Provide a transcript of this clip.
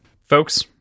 Folks